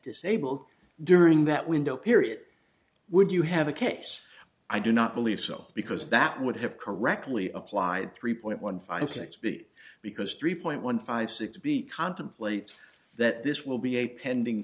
disabled during that window period would you have a case i do not believe so because that would have correctly applied three point one five six b because three point one five six b contemplates that this will be a pending